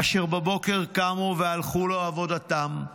אשר בבוקר קמו והלכו לעבודתם,